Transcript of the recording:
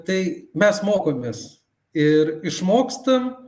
tai mes mokomės ir išmokstam